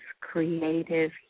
creative